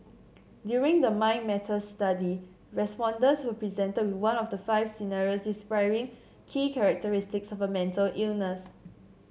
during the Mind Matters study respondents were presented with one of the five scenarios describing key characteristics of a mental illness